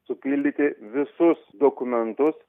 supildyti visus dokumentus